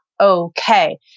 okay